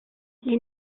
les